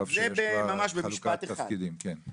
זה ממש חלוקת תפקידים, כן.